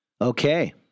okay